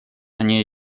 они